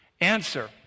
Answer